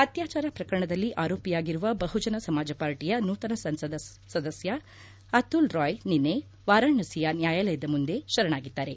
ಅತ್ಲಾಚಾರ ಪ್ರಕರಣದಲ್ಲಿ ಆರೋಪಿಯಾಗಿರುವ ಬಹುಜನ ಸಮಾಜ ಪಾರ್ಟಿಯ ನೂತನ ಸಂಸತ್ ಸದಸ್ನ ಅತುಲ್ ರಾಯ್ ನಿನ್ನೆ ವಾರಾಣಸಿಯ ನ್ಯಾಯಾಲಯದ ಮುಂದೆ ಶರಣಾಗಿದ್ದಾರೆ